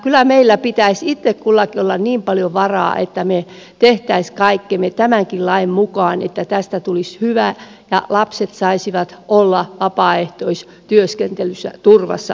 kyllä meillä pitäisi itse kullakin olla niin paljon varaa että me tekisimme kaikkemme tämänkin lain mukaan että tästä tulisi hyvä ja lapset saisivat olla vapaaehtoistyöskentelyssä turvassa aikuisilta